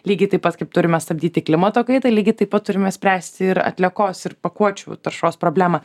lygiai taip pat kaip turime stabdyti klimato kaitą lygiai taip pat turime spręsti ir atliekos ir pakuočių taršos problemą